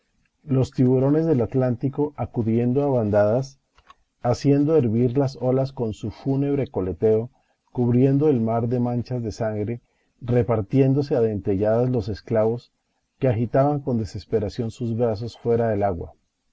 los tiburones del atlántico acudiendo a bandadas haciendo hervir las olas con su fúnebre coleteo cubriendo el mar de manchas de sangre repartiéndose a dentelladas los esclavos que agitaban con desesperación sus brazos fuera del agua